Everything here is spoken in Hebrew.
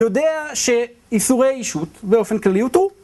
אני יודע שאיסורי אישות באופן כללי הותרו